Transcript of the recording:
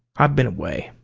i've been away.